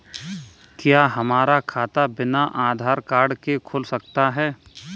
क्या हमारा खाता बिना आधार कार्ड के खुल सकता है?